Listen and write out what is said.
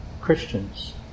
Christians